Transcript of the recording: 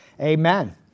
amen